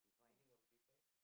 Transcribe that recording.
meaning of define